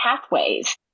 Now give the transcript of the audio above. pathways